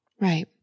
Right